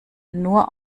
nur